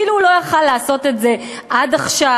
כאילו הוא לא יכול לעשות את זה עד עכשיו,